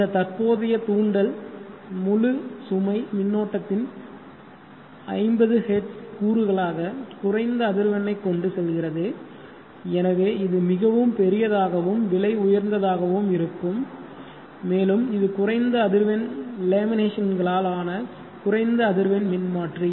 இந்த தற்போதைய தூண்டல் முழு சுமை மின்னோட்டத்தின் 50 ஹெர்ட்ஸ் கூறுகளாக குறைந்த அதிர்வெண்ணைக் கொண்டு செல்கிறது எனவே இது மிகவும் பெரியதாகவும் விலை உயர்ந்ததாகவும் இருக்கும் மேலும் இது குறைந்த அதிர்வெண் லேமினேஷன்களால் ஆன குறைந்த அதிர்வெண் மின்மாற்றி